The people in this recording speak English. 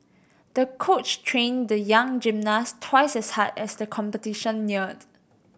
the coach trained the young gymnast twice as hard as the competition neared